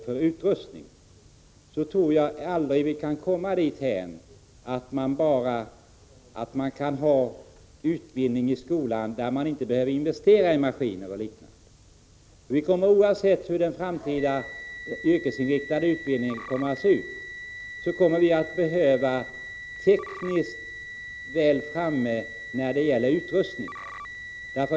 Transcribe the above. Jag tror inte att det någonsin kommer att vara möjligt att bedriva utbildning i skolor utan att investera i maskiner och liknande. Oavsett hur den framtida yrkesinriktade utbildningen kommer att utformas måste skolorna hålla sig väl framme när det gäller teknisk utrustning.